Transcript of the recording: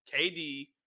KD